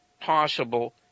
possible